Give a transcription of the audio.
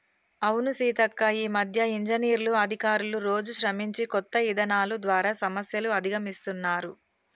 అవును సీతక్క ఈ మధ్య ఇంజనీర్లు అధికారులు రోజు శ్రమించి కొత్త ఇధానాలు ద్వారా సమస్యలు అధిగమిస్తున్నారు